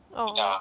oh